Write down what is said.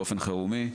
באופן חירומי,